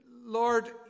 Lord